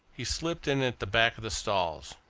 he slipped in at the back of the stalls.